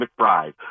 McBride